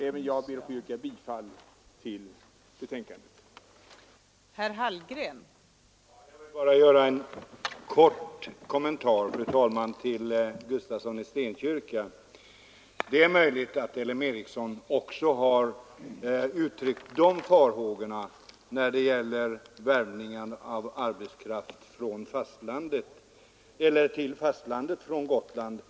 Även jag ber att få yrka bifall till utskottets hemställan.